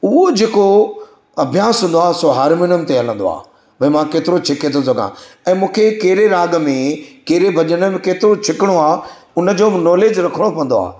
उहो जेको अभ्यास हूंदो आहे सो हार्मोनियम ते हलंदो आहे भई मां केतिरो छिके थो सघां ऐं मूंखे कहिड़े राॻ में कहिड़े भॼन में केतिरो छिकिणो आहे हुनजो बि नॉलेज रखिणो पवंदो आहे